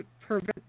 prevent